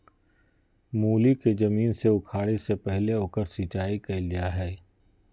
मूली के जमीन से उखाड़े से पहले ओकर सिंचाई कईल जा हइ